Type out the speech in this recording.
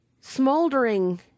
smoldering